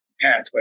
pathway